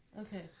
Okay